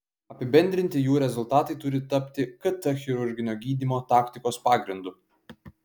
apibendrinti jų rezultatai turi tapti kt chirurginio gydymo taktikos pagrindu